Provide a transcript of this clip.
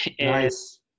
Nice